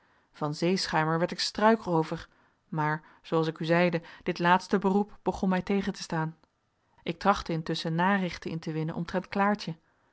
van zeeschuimer werd ik struikroover maar zooals ik u zeide dit laatste beroep begon mij tegen te staan ik trachtte intusschen narichten in te winnen omtrent klaartje